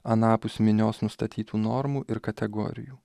anapus minios nustatytų normų ir kategorijų